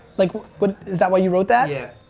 like what, is that why you wrote that? yeah,